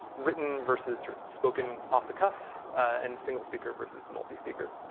written versus sort of spoken off the cuff, and single speaker versus multi speaker.